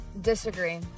Disagree